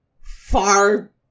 far